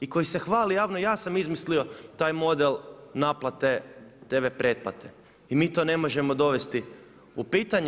I koji se hvali javno, ja sam izmislio taj model naplate TV pretplate i mi to ne možemo dovesti u pitanje.